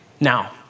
Now